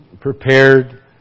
prepared